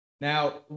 now